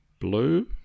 blue